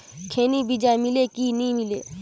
खैनी बिजा मिले कि नी मिले?